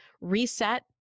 reset